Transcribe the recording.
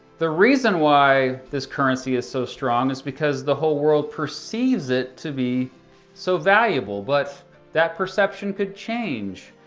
the reason why this currency is so strong is because the whole world perceives it to be so valuable, but that perception could change.